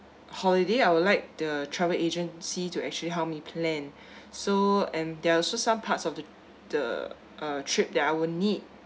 holiday I would like the travel agency to actually help me plan so and there are also some parts of the the uh trip that I will need